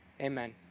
amen